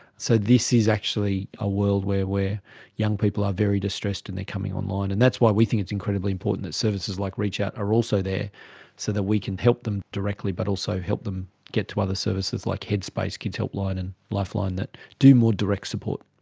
so this is actually a world where where young people are very distressed and they are coming online, and that's why we think it's incredibly important that services like reachout are also there so that we can help them directly but also help them get to other services like headspace, kids helpline and lifeline that do more direct support.